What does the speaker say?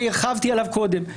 והרחבתי עליו קודם,